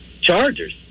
Chargers